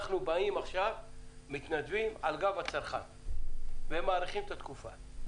אנחנו מתנדבים על גב הצרכן ומאריכים את התקופה.